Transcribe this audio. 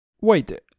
Wait